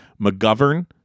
McGovern